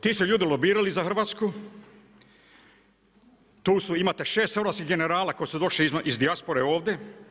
Ti su ljudi lobirali za Hrvatsku, imate šest hrvatskih generala koji su došli iz dijaspore ovdje.